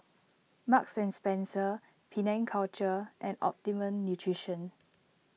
Marks and Spencer Penang Culture and Optimum Nutrition